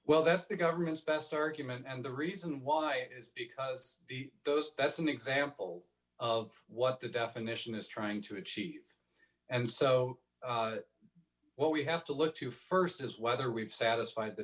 well that's the government's best argument and the reason why is because the those that's an example of what the definition is trying to achieve and so what we have to look to st is whether we've satisfied the